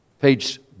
Page